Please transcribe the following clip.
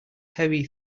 heavy